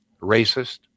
racist